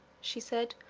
she said,